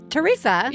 Teresa